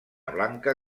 blanca